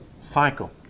cycle